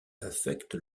affecte